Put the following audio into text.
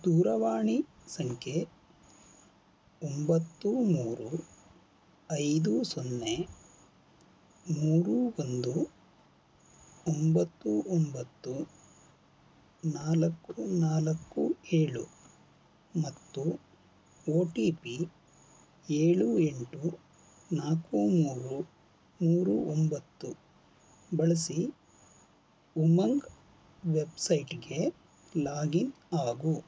ದೂರವಾಣಿ ಸಂಖ್ಯೆ ಒಂಬತ್ತು ಮೂರು ಐದು ಸೊನ್ನೆ ಮೂರು ಒಂದು ಒಂಬತ್ತು ಒಂಬತ್ತು ನಾಲ್ಕು ನಾಲ್ಕು ಏಳು ಮತ್ತು ಓ ಟಿ ಪಿ ಏಳು ಎಂಟು ನಾಲ್ಕು ಮೂರು ಮೂರು ಒಂಬತ್ತು ಬಳಸಿ ಉಮಂಗ್ ವೆಬ್ಸೈಟಿಗೆ ಲಾಗಿನ್ ಆಗು